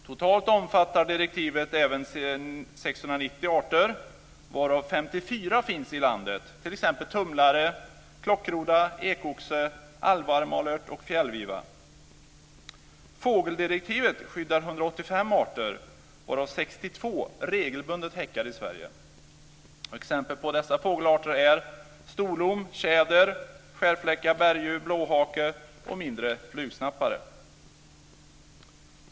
Totalt omfattar direktivet 690 arter, varav 54 finns i landet, t.ex. tumlare, klockgroda, ekoxe, alvarmalört och fjällviva. Fågeldirektivet skyddar 185 arter, varav 62 regelbundet häckar i Sverige. Exempel på dessa fågelarter är storlom, tjäder, skärfläcka, berguv, blåhake och mindre flugsnappare.